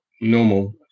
normal